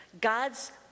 God's